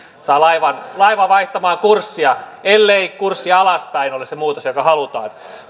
saavat laivan laivan vaihtamaan kurssia ellei kurssi alaspäin ole se muutos joka halutaan